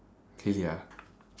really ah